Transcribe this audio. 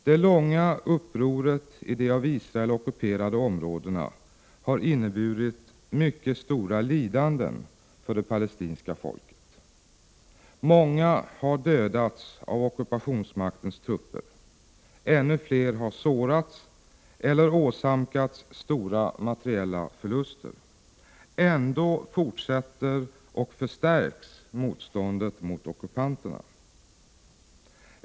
Det långa upproret i de av Israel ockuperade områdena har inneburit mycket stora lidanden för det palestinska folket. Många har dödats av ockupationsmaktens trupper, ännu fler har sårats eller åsamkats stora materiella förluster. Ändå fortsätter och förstärks motståndet mot ockupanterna.